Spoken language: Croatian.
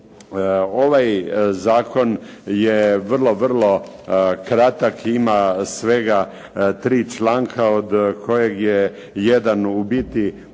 Ovaj zakon je vrlo, vrlo kratak. Ima svega 3. članka od kojeg je jedan u biti